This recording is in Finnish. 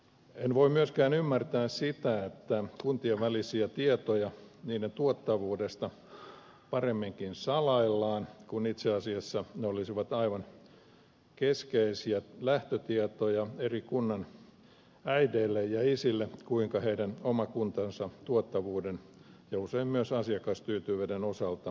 en voi myöskään ymmärtää sitä että kuntien välisiä tietoja niiden tuottavuudesta paremminkin salaillaan kun itse asiassa ne olisivat aivan keskeisiä lähtötietoja eri kunnan äideille ja isille kuinka heidän oma kuntansa tuottavuuden ja usein myös asiakastyytyväisyyden osalta selviytyy